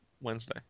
Wednesday